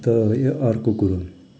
अन्त अर्को कुरो